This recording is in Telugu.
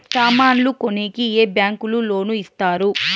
సామాన్లు కొనేకి ఏ బ్యాంకులు లోను ఇస్తారు?